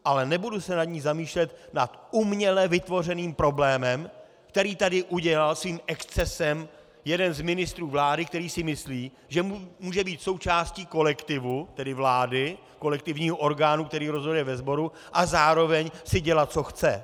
Ale nebudu se nad ní zamýšlet nad uměle vytvořeným problémem, který tady udělal svým excesem jeden z ministrů vlády, který si myslí, že může být součástí kolektivu, tedy vlády, kolektivního orgánu, který rozhoduje ve sboru, a zároveň si dělat, co chce.